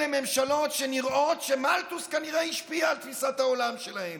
אלה ממשלות שנראה שמלתוס כנראה השפיע על תפיסת העולם שלהן,